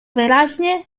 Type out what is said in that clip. wyraźnie